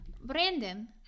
Brandon